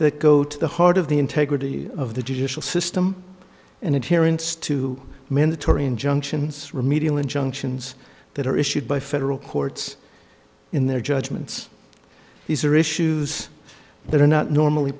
that go to the heart of the integrity of the judicial system and in terence to mandatory injunctions remedial injunctions that are issued by federal courts in their judgments these are issues that are not normally